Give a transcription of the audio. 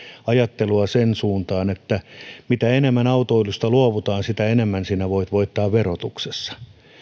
ajattelua sen suuntaan että mitä enemmän autoilusta luovutaan sitä enemmän voit voittaa verotuksessa